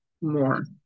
More